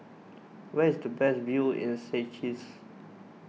where is the best view in Seychelles